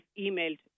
emailed